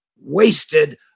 wasted